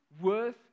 worth